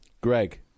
Greg